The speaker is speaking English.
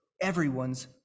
everyone's